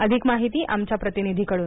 अधिक माहिती आमच्या प्रतिनिधीकडून